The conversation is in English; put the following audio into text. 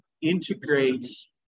integrates